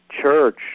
church